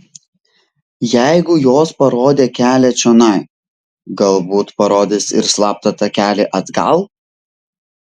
jeigu jos parodė kelią čionai galbūt parodys ir slaptą takelį atgal